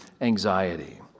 anxiety